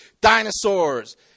dinosaurs